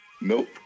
Nope